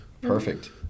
Perfect